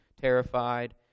terrified